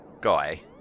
guy